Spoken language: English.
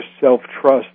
self-trust